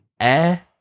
air